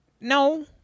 No